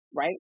right